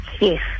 Yes